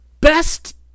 best